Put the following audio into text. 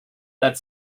that